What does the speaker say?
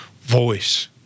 voice